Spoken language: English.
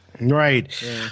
right